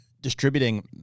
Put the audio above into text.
distributing